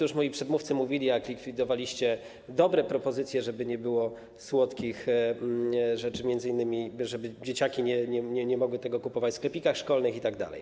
Już moi przedmówcy mówili, jak likwidowaliście dobre propozycje, żeby nie było słodkich rzeczy, m.in. żeby dzieciaki nie mogły ich kupować w sklepikach szkolnych itd.